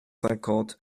cinquante